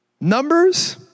Numbers